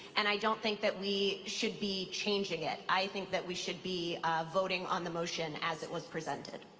and i don't think that we should be changing it. i think that we should be voting on the motion as it was presented.